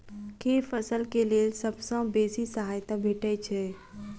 केँ फसल केँ लेल सबसँ बेसी सहायता भेटय छै?